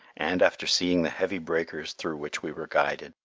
and, after seeing the heavy breakers through which we were guided,